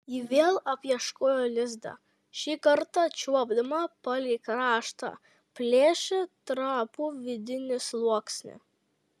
ji vėl apieškojo lizdą šį kartą čiuopdama palei kraštą plėšė trapų vidinį sluoksnį